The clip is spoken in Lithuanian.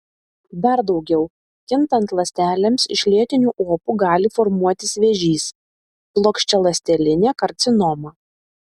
dar daugiau kintant ląstelėms iš lėtinių opų gali formuotis vėžys plokščialąstelinė karcinoma